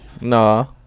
No